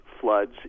floods